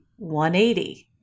180